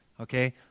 Okay